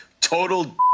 total